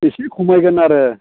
एसे खमायगोन आरो